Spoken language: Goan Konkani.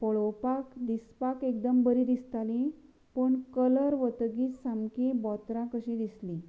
पळोवपाक दिसपाक एकदम बरीं दिसतालीं पूण कलर वतगीर सामकीं बोतरां कशीं दिसलीं